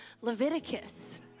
Leviticus